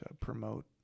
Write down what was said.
promote